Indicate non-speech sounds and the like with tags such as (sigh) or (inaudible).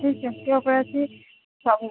(unintelligible)